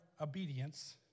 obedience